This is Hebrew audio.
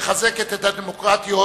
מחזקת את הדמוקרטיות